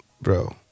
bro